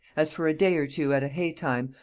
as for a day or two at a hey time,